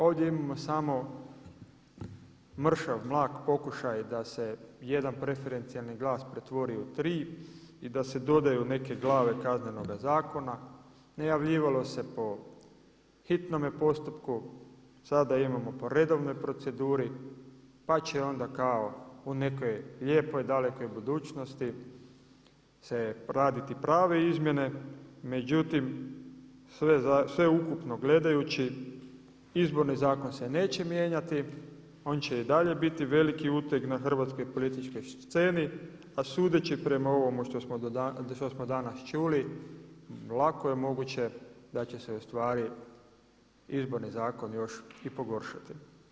Ovdje imamo samo mršav, mlak pokušaj da se jedan preferencijalni glas pretvori u tri i da se dodaju neke glave Kaznenoga zakona, najavljivalo se po hitnome postupku, sada imamo po redovnoj proceduri, pa će onda kao u nekoj lijepoj dalekoj budućnosti se raditi prave izmjene, međutim sveukupno gledajući izborni zakon se neće mijenjati on će i dalje biti veliki uteg na hrvatskoj političkoj sceni, a sudeći prema ovome što smo danas čuli lako je moguće da će se izborni zakon još i pogoršati.